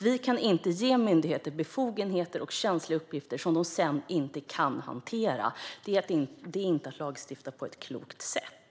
Vi kan inte ge myndigheter befogenheter och känsliga uppgifter som de sedan inte kan hantera. Det är inte att lagstifta på ett klokt sätt.